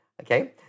okay